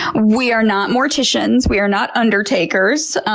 ah we are not morticians. we are not undertakers.